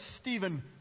Stephen